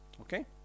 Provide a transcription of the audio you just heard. Okay